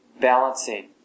balancing